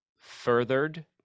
furthered